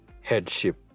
headship